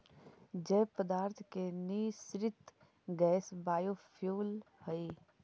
जैव पदार्थ के निःसृत गैस बायोफ्यूल हई